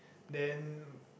then